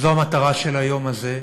אז זו המטרה של היום הזה.